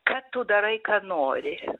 kad tu darai ką nori